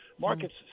markets